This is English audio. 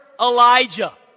Elijah